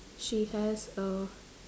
she has a